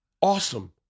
awesome